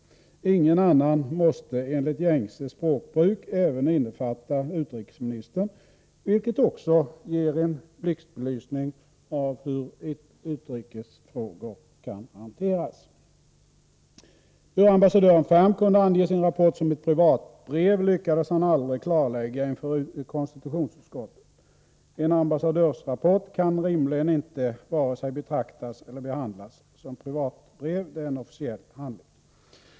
”Ingen annan” måste enligt gängse språkbruk även innefatta utrikesministern, vilket också ger en blixtbelysning av hur utrikesfrågor kan hanteras. Hur ambassadören Ferm kunde beteckna sin rapport som ett privatbrev lyckades han aldrig klarlägga inför konstitutionsutskottet. En ambassadörsrapport kan rimligen inte vare sig betraktas eller behandlas som ett privatbrev. Den är en officiell handling.